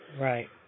Right